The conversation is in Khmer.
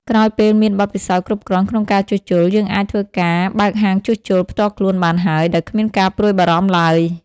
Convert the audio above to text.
ក្រោយពេលមានបទពិសោធន៍គ្រប់គ្រាន់ក្នុងការជួលជុល យើងអាចធ្វើការបើកហាងជួសជុលផ្ទាល់ខ្លួនបានហើយ ដោយគ្មានការព្រួយបារម្ភទ្បើយ។